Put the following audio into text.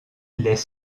les